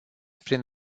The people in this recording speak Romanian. prin